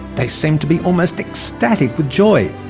they seemed to be almost ecstatic with joy,